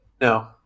No